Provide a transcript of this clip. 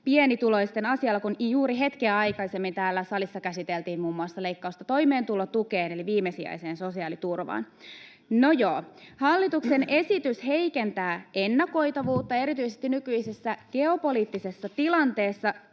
pienituloisten asialla, kun juuri hetkeä aikaisemmin täällä salissa käsiteltiin muun muassa leikkausta toimeentulotukeen eli viimesijaiseen sosiaaliturvaan. Hallituksen esitys heikentää ennakoitavuutta erityisesti nykyisessä geopoliittisessa tilanteessa.